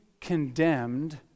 condemned